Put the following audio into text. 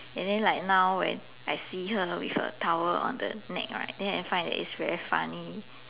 and then like now when I see her with a towel on the neck right then I find that it's very funny